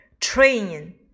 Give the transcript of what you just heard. Train